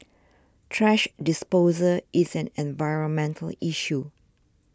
thrash disposal is an environmental issue